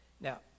Now